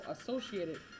associated